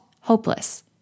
hopeless